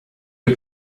you